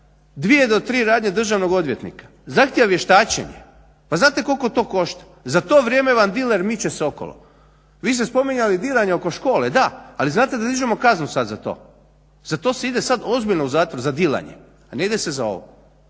do tri radnje državnog odvjetnika, zahtijeva vještačenje, pa znate koliko to košta? Za to vrijeme vam diler miče se okolo. Vi ste spominjali dilanje oko škole. Da, ali znate da dižemo kaznu sad za to. Za to se ide sad ozbiljno u zatvor, za dilanje, a ne ide se za ovo.